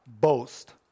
boast